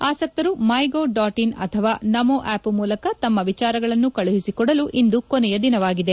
ಆಸಕ್ತರು MyGov dot in ಅಥವಾ NaMo app ಮೂಲಕ ತಮ್ಮ ವಿಚಾರಗಳನ್ನು ಕಳುಹಿಸಿಕೊಡಲು ಇಂದು ಕೊನೆಯ ದಿನವಾಗಿದೆ